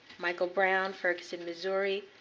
michael brown, ferguson, missouri.